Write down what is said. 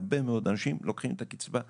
הרבה מאוד אנשים לוקחים את הקצבה ככסף.